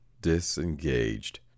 disengaged